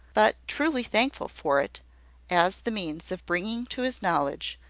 but truly thankful for it as the means of bringing to his knowledge,